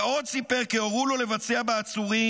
ועוד סיפר כי הורו לו לבצע לעצורים